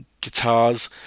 guitars